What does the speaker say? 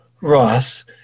Ross